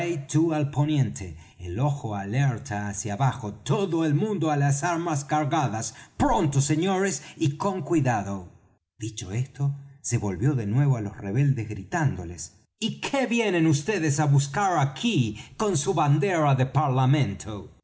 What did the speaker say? al poniente el ojo alerta hacia abajo todo el mundo á las armas cargadas pronto señores y con cuidado dicho esto se volvió de nuevo á los rebeldes gritándoles y qué vienen vds á buscar aquí con su bandera de parlamento